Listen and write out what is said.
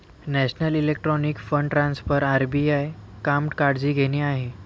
national electronic fund transfer RBI काम काळजी घेणे आहे